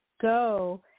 go